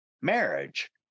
marriage